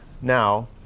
now